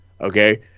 okay